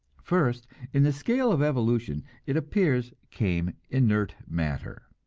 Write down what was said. first in the scale of evolution, it appears, came inert matter.